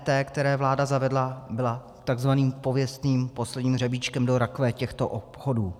EET, kterou vláda zavedla, byla takzvaným pověstným posledním hřebíčkem do rakve těchto obchodů.